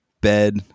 bed